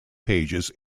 pages